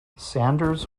sanders